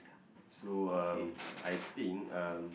so um I think um